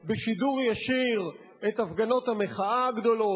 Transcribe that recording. בשידור ישיר את הפגנות המחאה הגדולות,